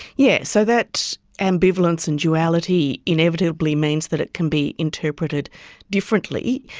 yes, so that ambivalence and duality inevitably means that it can be interpreted differently.